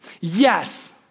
Yes